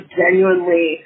genuinely